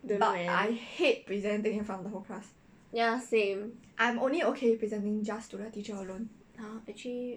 but I hate presenting in front of the whole class I'm only okay presenting just to the teacher alone